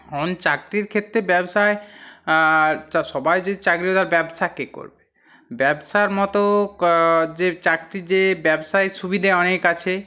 এখন চাকরির ক্ষেত্রে ব্যবসায় চা সবাই যদি চাকরিদার ব্যবসা কে করবে ব্যবসার মতো কা যে চাকরি যে ব্যবসায় সুবিধে অনেক আছে